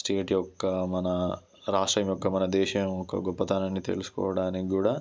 state యొక్క మన రాష్ట్రం యొక్క మన దేశం గొప్పతనాన్ని తెలుసుకోవడానికి కూడా